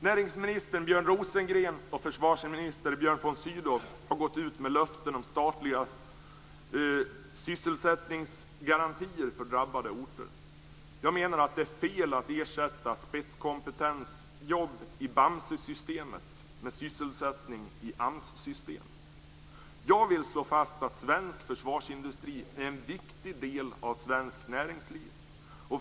Näringsminister Björn Rosengren och försvarsminister Björn von Sydow har gått ut med löften om statliga sysselsättningsgarantier för drabbade orter. Jag menar att det är fel att ersätta spetskompetensjobb i Bamsesystemet med sysselsättning i AMS-systemet. Jag vill slå fast att den svenska försvarsindustrin är en viktig del av det svenska näringslivet.